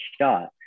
shot